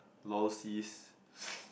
lol sis